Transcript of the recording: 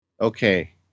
Okay